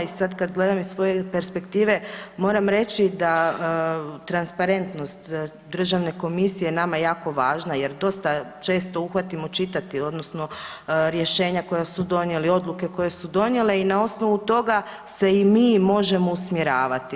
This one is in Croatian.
I sada kada gledam iz svoje perspektive moram reći da transparentnost državne komisije je nama jako važna, jer dosta često uhvatimo čitati odnosno rješenja koja su donijeli, odluke koje su donijele i na osnovu toga se i mi možemo usmjeravati.